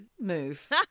move